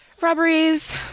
robberies